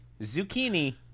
zucchini